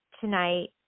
tonight